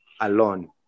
alone